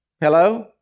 Hello